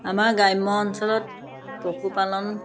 আমাৰ গ্ৰাম্য অঞ্চলত পশুপালন